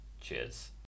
Cheers